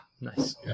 nice